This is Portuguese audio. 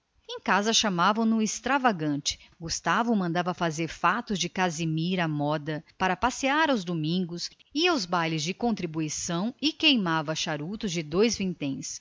em casa todavia ganhara fama de extravagante é que mandava fazer fatos de casimira à moda para passear aos domingos e para ir aos bailes familiares de contribuição e queimava charutos de dois vinténs